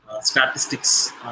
Statistics